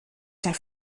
zijn